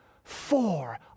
Four